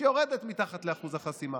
שיורדת מתחת לאחוז החסימה.